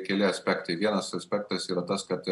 keli aspektai vienas aspektas yra tas kad